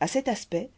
à cet aspect